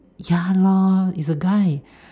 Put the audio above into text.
ya lor is a guy